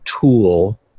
tool